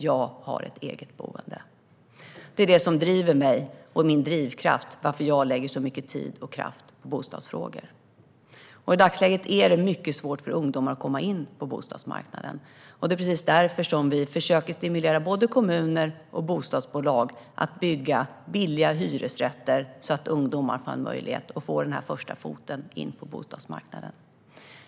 Jag har ett eget boende. Det är detta som driver mig. Det är min drivkraft för att lägga så mycket tid och kraft på bostadsfrågor. I dagsläget är det mycket svårt för ungdomar att komma in på bostadsmarknaden. Det är därför som vi försöker stimulera både kommuner och bostadsbolag att bygga billiga hyresrätter, så att ungdomar får en möjlighet att få in en första fot på bostadsmarknaden.